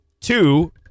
two